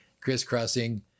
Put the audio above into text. crisscrossing